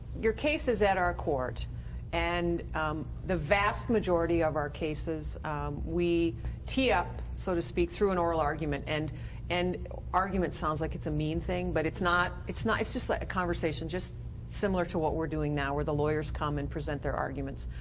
your case is at our court and um the vast majority of our cases we tee up so to speak through an oral argument and and argument sounds like its a mean thing but its not its not its just like a conversation similar to what we're doing now where the lawyers come and present their arguments.